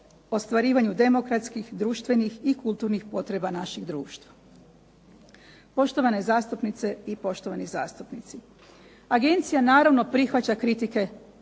ostvarivanju demokratskih, društvenih i kulturnih potreba našeg društva. Poštovane zastupnice i poštovani zastupnici, agencija naravno prihvaća kritike